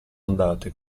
andate